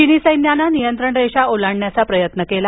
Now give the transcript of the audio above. चीनी सैन्यानं नियंत्रण रेषा ओलांडण्याचा प्रयत्न केला